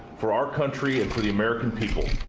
for our country and for the american people.